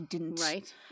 Right